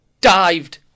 dived